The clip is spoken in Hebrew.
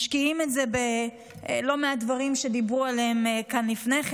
משקיעים את זה בלא מעט דברים שדיברו עליהם כאן לפני כן,